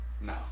no